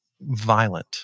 violent